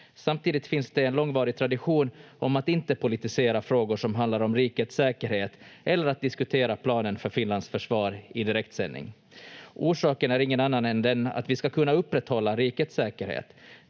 Samtidigt finns det en långvarig tradition om att inte politisera frågor som handlar om rikets säkerhet eller att diskutera planen för Finlands försvar i direktsändning. Orsaken är ingen annan än den att vi ska kunna upprätthålla rikets säkerhet.